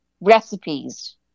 recipes